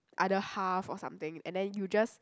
other half or something and then you just